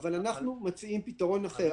אבל אנחנו מציעים פתרון אחר.